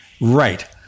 Right